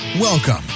Welcome